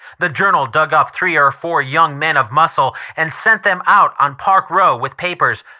the journal dug up three or four young men of muscle and sent them out on park row with papers.